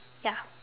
ya